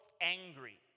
angry